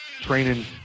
training